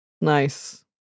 Nice